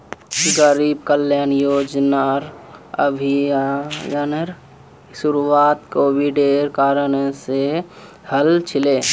गरीब कल्याण रोजगार अभियानेर शुरुआत कोविडेर कारण से हल छिले